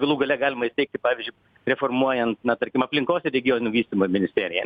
galų gale galima įsteigti pavyzdžiui reformuojant na tarkim aplinkos ir regionų vystymo ministeriją